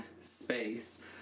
space